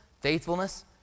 faithfulness